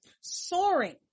soaring